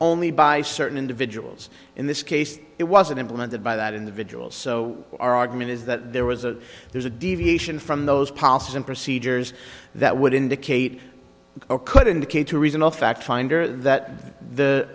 only by certain individuals in this case it wasn't implemented by that individual so our argument is that there was a there's a deviation from those policies and procedures that would indicate oh could indicate to reason of fact finder that the